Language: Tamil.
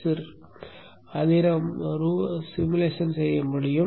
சிர் அதை நாம் உருவகப்படுத்த முடியும்